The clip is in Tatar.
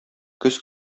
көз